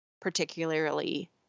particularly